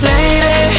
Lady